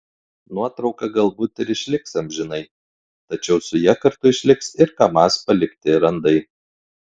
nuotrauka galbūt ir išliks amžinai tačiau su ja kartu išliks ir kamaz palikti randai